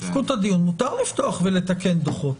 מותר לפתוח ולתקן דוחות.